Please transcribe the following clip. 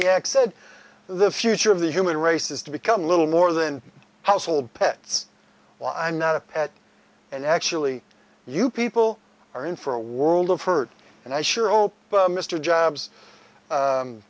next said the future of the human race is to become little more than household pets while i'm out of it and actually you people are in for a world of hurt and i sure hope mr jobs